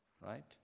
right